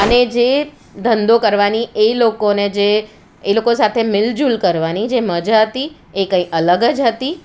અને જે ધંધો કરવાની એ લોકોને જે એ લોકો સાથે મિલઝૂલ કરવાની જે મજા હતી એ કંઈ અલગ જ હતી